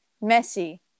Messy